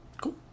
Cool